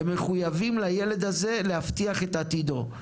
הם מחויבים לילד הזה, להבטיח את עתידו.